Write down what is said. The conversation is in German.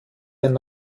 ein